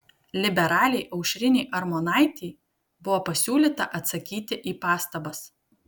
liberalei aušrinei armonaitei buvo pasiūlyta atsakyti į pastabas